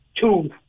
two